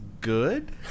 good